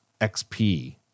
XP